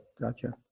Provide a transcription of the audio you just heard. gotcha